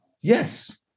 yes